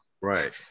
Right